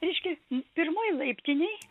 reiškia pirmoj laiptinėj